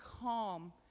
calm